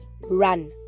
run